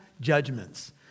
judgments